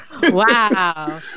Wow